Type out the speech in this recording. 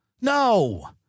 No